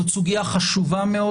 זאת סוגיה חשובה מאוד.